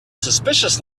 suspicious